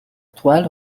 toile